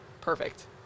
perfect